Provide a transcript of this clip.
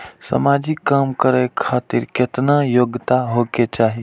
समाजिक काम करें खातिर केतना योग्यता होके चाही?